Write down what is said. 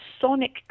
sonic